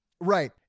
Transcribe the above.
Right